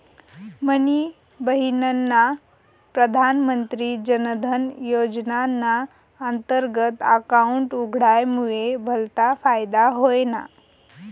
मनी बहिनना प्रधानमंत्री जनधन योजनाना अंतर्गत अकाउंट उघडामुये भलता फायदा व्हयना